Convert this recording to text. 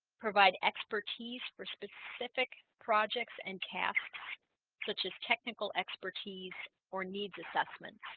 provide expertise for specific projects and tasks such as technical expertise or needs assessments